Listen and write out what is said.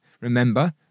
Remember